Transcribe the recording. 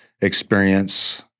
experience